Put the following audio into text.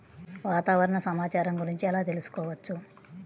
వాతావరణ సమాచారం గురించి ఎలా తెలుసుకోవచ్చు?